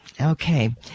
Okay